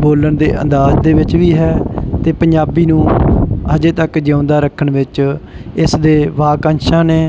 ਬੋਲਣ ਦੇ ਅੰਦਾਜ਼ ਦੇ ਵਿੱਚ ਵੀ ਹੈ ਅਤੇ ਪੰਜਾਬੀ ਨੂੰ ਅਜੇ ਤੱਕ ਜਿਉਂਦਾ ਰੱਖਣ ਵਿੱਚ ਇਸ ਦੇ ਵਾਕੰਸ਼ਾਂ ਨੇ